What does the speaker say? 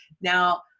Now